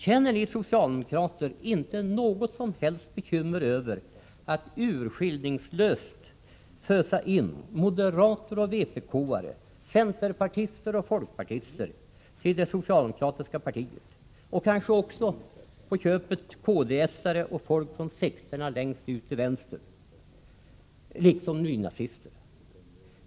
Känner ni socialdemokrater inte något som helst bekymmer över att urskillningslöst fösa in moderater och vpk-are, centerpartister och folkpartister till det socialdemokratiska partiet, och kanske också på köpet kds-are och folk från sekterna längst ut till vänster, liksom nynazister?